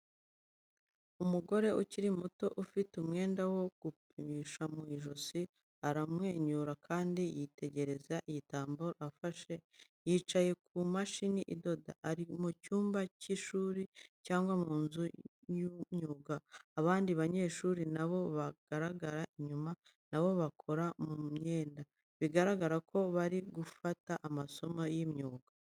Umugore ukiri muto ufite umwenda wo gupimisha mu ijosi aramwenyura, kandi yitegereza igitambaro afashe, yicaye ku mashini idoda. Ari mu cyumba cy'ishuri cyangwa mu nzu y'imyuga, abandi banyeshuri na bo bagaragara inyuma, na bo bakora mu myenda. Bigaragara ko bari gufata amasomo y'imyuga.